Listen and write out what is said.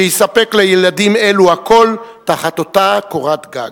שיספק לילדים אלו הכול תחת אותה קורת-גג.